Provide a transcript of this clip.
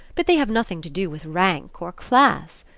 but they have nothing to do with rank or class.